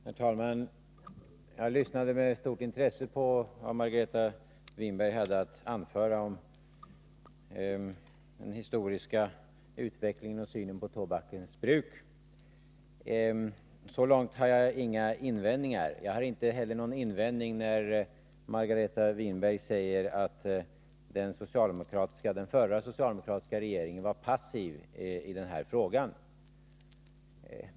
Herr talman! Jag lyssnade med stort intresse på vad Margareta Winberg hade att anföra om den historiska utvecklingen och synen på tobakens bruk. Så långt har jag inga invändningar. Jag har inte heller någon invändning mot Margareta Winbergs påstående att den förra socialdemokratiska regeringen var passiv i den här frågan.